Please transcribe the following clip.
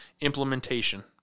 implementation